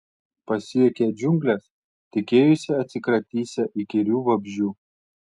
pasiekę džiungles tikėjosi atsikratysią įkyrių vabzdžių